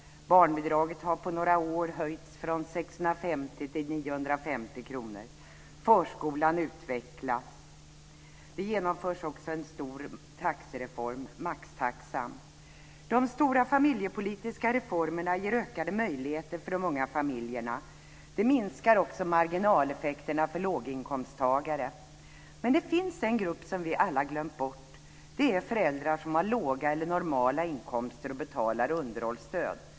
Barnbidraget har på några år höjts från 650 kr till 950 kr. Förskolan utvecklas. Det genomförs också en stor taxereform, maxtaxan. De stora familjepolitiska reformerna ger ökade möjligheter för de unga familjerna. De minskar också marginaleffekterna för låginkomsttagare. Men det finns en grupp som vi alla glömt bort. Det är föräldrar som har låga eller normala inkomster och betalar underhållsstöd.